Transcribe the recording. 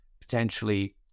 potentially